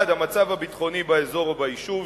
1. המצב הביטחוני באזור או ביישוב,